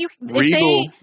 Regal